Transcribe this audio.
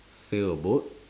sail a boat